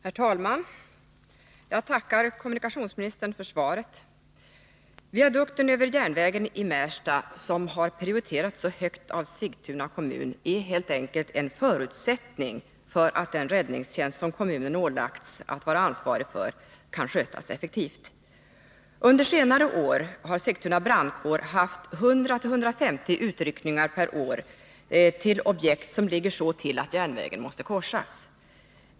Herr talman! Jag tackar kommunikationsministern för svaret. Viadukten över järnvägen i Märsta, som har prioriterats så högt av Sigtuna kommun, är helt enkelt en förutsättning för att den räddningstjänst som kommunen har ålagts att vara ansvarig för kan skötas effektivt. Under senare år har Sigtuna brandkår haft 100-150 utryckningar per år till objekt som ligger så till att järnvägen måste korsas.